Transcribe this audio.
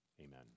amen